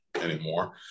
anymore